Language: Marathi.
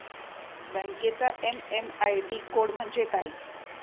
बँकेचा एम.एम आय.डी कोड म्हणजे काय?